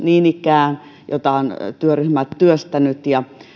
niin ikään valtionosuusuudistus jota ovat työryhmät työstäneet ja